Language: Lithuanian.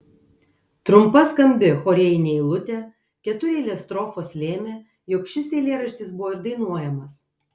trumpa skambi chorėjinė eilutė ketureilės strofos lėmė jog šis eilėraštis buvo ir dainuojamas